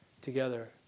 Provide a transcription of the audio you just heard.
together